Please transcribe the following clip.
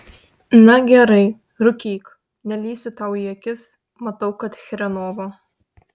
na gerai rūkyk nelįsiu tau į akis matau kad chrenovo